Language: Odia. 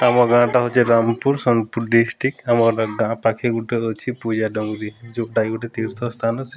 ଆମ ଗାଁଟା ହେଉଛି ରାମପୁର ସୋନପୁର ଡିଷ୍ଟ୍ରିକ୍ ଆମ ଗାଁ ପାଖେ ଗୋଟେ ଅଛି ପୂଜା ଡଙ୍ଗରି ଯେଉଁଟା କି ଗୋଟେ ତୀର୍ଥ ସ୍ଥାନ ସେ